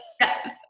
Yes